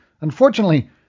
Unfortunately